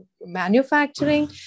manufacturing